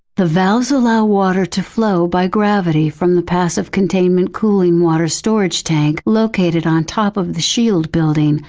the valves allow water to flow by gravity from the passive containment cooling water storage tank, located on top of the shield building,